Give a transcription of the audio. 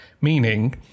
meaning